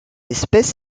espèce